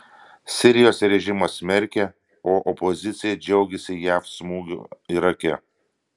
sirijos režimas smerkia o opozicija džiaugiasi jav smūgiu irake